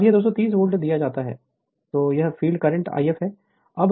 और यह 230 वोल्ट दिया जाता है और यह फ़ील्ड करंट If है